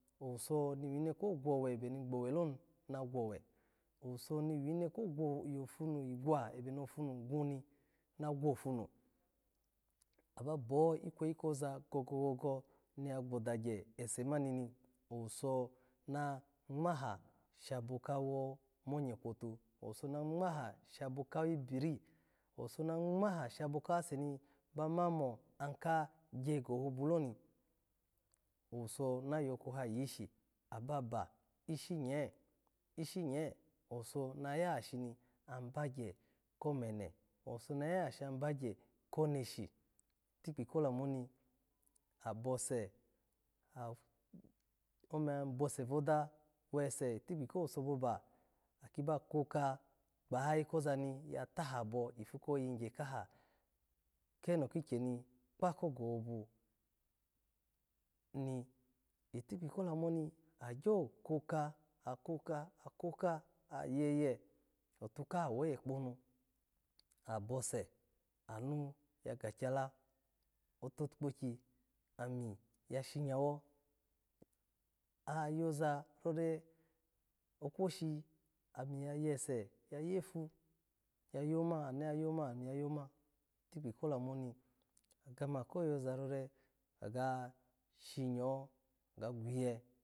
Owuso-o niwino kogwowe ebe ni gbowe lo ni na gwowe, owuso ni wi ko, ogownu ebe ni ofonu gwuni ma gwofunu, ababo ikweyi koza gogo-ogo ni ya gboga gye ese mani, ni owusi manigmadia shabo kawo monye kwoto. owuso nangmaha shaho kawibiri, owuso nangmaha shabo ka wibiri, owuso nangmaha shabo kase ni ba ma mo aka aye gohobo lo, owuso na yokoha yishi ishinye, ishinye owuso na ya shabagye komene, owuso na ya shabagye koneshi, tikpi ko lamu oni abose, ar omi abose voda tikpi kowuso baba aki ba koka gbayayi koza ni yi lahabo ipu ko yigye kaha kikye kpa ko yohoha ni itikpi ka konu oni agyo ko ka, koka ayeye out kaha wowe kponu, ahose anu ya ga kyak ototukpogyi. ami ya shimyawo. oya yoza rore okwoshi ami ya yese ya yafo, ya yo mani anu ya yo mani ami iya yomani tikpi ko lamu oni gamu ko ya zarore ga shinyawo ga gwinye.